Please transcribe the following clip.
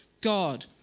God